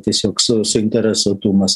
tiesiog su suinteresuotumas